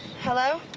hello?